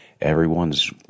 everyone's